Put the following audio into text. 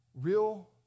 Real